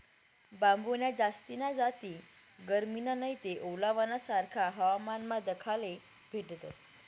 बांबून्या जास्तीन्या जाती गरमीमा नैते ओलावाना सारखा हवामानमा दखाले भेटतस